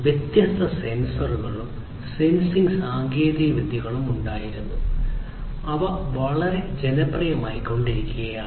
വ്യത്യസ്ത സെൻസറുകളും സെൻസിംഗ് സാങ്കേതികവിദ്യകളും ഉണ്ടായിരുന്നു അവ വളരെ ജനപ്രിയമായിക്കൊണ്ടിരിക്കുകയാണ്